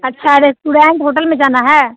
अच्छा restaurant hotel में जाना है